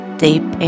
deep